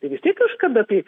tai vis tiek kažkada tai